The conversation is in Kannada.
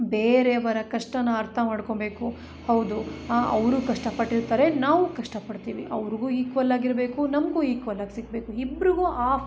ಬೇರೆಯವರ ಕಷ್ಟ ಅರ್ಥ ಮಾಡ್ಕೋಬೇಕು ಹೌದು ಅವರು ಕಷ್ಟಪಟ್ಟಿರ್ತಾರೆ ನಾವು ಕಷ್ಟಪಡ್ತೀವಿ ಅವರಿಗು ಈಕ್ವಲ್ ಆಗಿರಬೇಕು ನಮಗು ಈಕ್ವಲ್ ಆಗಿ ಸಿಗಬೇಕು ಇಬ್ಬರಿಗು